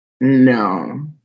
No